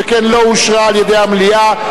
שכן היא לא אושרה על-ידי המליאה.